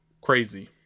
crazy